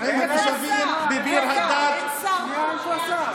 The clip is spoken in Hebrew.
הזמן שלו ייגמר.